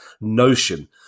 Notion